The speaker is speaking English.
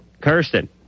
Kirsten